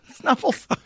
Snuffles